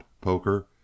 poker